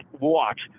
watch